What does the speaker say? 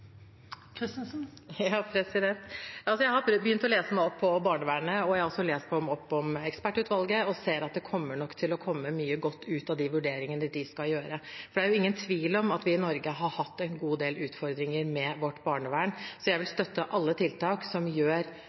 barnevernet, og jeg har også lest meg opp på ekspertutvalget, og jeg ser at det nok kommer til å komme mye godt ut av vurderingene de skal gjøre. Det er ingen tvil om at vi i Norge har hatt en god del utfordringer med vårt barnevern, så jeg vil støtte alle tiltak som gjør